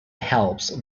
helps